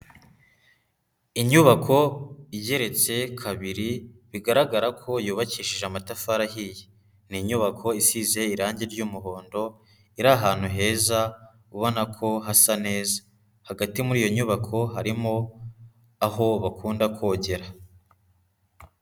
Inyubako igereretse kabiri, bigaragara ko yubakishije amatafari ahiye, ni inyubako isize irangi ry'umuhondo, iri ahantu heza, ubona ko hasa neza, hagati muri iyo nyubako harimo aho bakunda kogera.